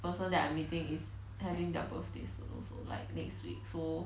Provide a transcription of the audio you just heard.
person that I'm meeting is having their birthday soon also like next week so